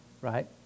right